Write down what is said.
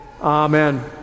Amen